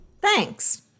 Thanks